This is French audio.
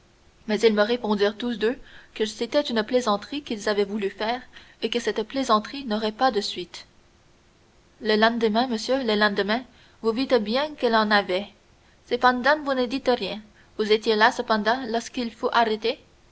mais ils me répondirent tous deux que c'était une plaisanterie qu'ils avaient voulu faire et que cette plaisanterie n'aurait pas de suite le lendemain monsieur le lendemain vous vîtes bien qu'elle en avait cependant vous ne dîtes rien vous étiez là cependant lorsqu'il fut arrêté